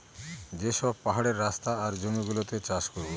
যে সব পাহাড়ের রাস্তা আর জমি গুলোতে চাষ করাবো